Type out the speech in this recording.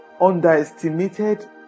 underestimated